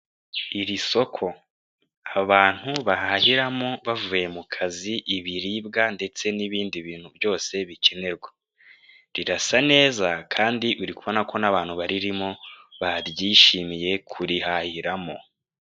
Iri soko abantu bahahiriramo bavuye mu kazi, ibiribwa ndetse n'ibindi bintu byose bikenerwa. Rirasa neza kandi uri kubona ko n'abantu baririmo baryishimiye kurihahiramo.